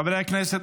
חברי הכנסת,